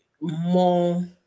more